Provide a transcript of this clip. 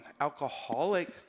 alcoholic